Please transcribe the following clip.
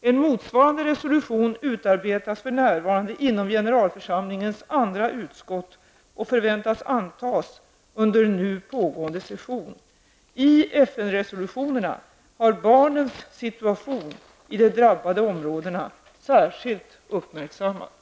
En motsvarande resolution utarbetas för närvarande inom generalförsamlingens andra utskott och förväntas antas under nu pågående session. I FN-resolutionerna har barnens situation i de drabbade områdena särskilt uppmärksammats.